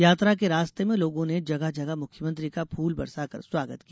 यात्रा के रास्ते में लोगों ने जगह जगह मुख्यमंत्री का फूल बरसाकर स्वागत किया